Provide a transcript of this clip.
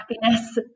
happiness